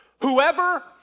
Whoever